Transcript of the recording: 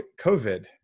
COVID